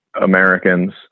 americans